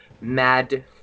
Mad